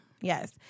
Yes